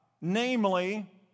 Namely